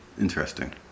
Interesting